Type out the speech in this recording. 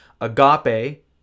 Agape